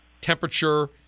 temperature